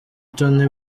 tony